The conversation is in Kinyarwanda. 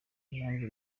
impamvu